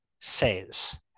says